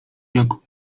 jako